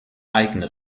eigene